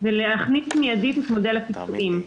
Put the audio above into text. להכניס מיידית את מודל הפיצויים.